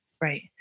Right